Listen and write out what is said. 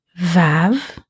VAV